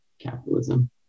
capitalism